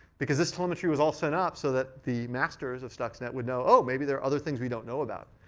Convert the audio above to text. because it's telling that she was all set up so that the masters of stuxnet would know, oh, maybe there are other things we don't know about.